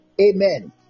Amen